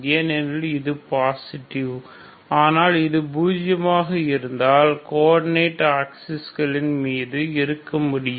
ஏனெனில் இது பாசிட்டிவ் ஆனால் இது பூஜ்யமாக இருந்தால் கோஆர்டினேட் ஆக்சிஸ் க்களின் மீது இருக்க முடியும்